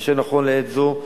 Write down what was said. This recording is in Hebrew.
כאשר נכון לעת זאת,